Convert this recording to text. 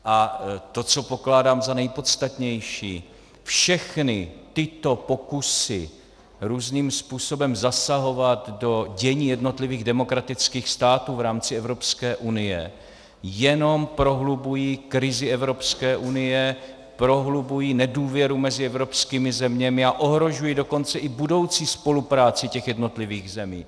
A to, co pokládám za nejpodstatnější: všechny tyto pokusy různým způsobem zasahovat do dění jednotlivých demokratických států v rámci Evropské unie jenom prohlubují krizi Evropské unie, prohlubují nedůvěru mezi evropskými zeměmi a ohrožují dokonce i budoucí spolupráci těch jednotlivých zemí.